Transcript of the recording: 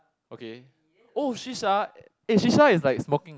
okay oh shisha eh shisha is like smoking